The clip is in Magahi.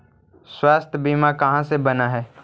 स्वास्थ्य बीमा कहा से बना है?